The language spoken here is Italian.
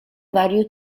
vario